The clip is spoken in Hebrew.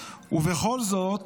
ובכל זאת